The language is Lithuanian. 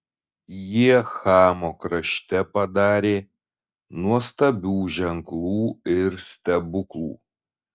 jie chamo krašte padarė nuostabių ženklų ir stebuklų